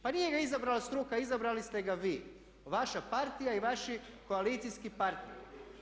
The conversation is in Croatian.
Pa nije ga izabrala struka, izabrali ste ga vi, vaša partija i vaši koalicijski partneri.